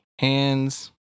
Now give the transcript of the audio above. hands